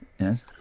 Yes